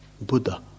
Buddha